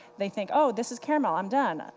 they think, oh, this is caramel, i'm done.